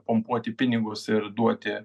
pumpuoti pinigus ir duoti